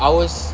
I was